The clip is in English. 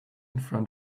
front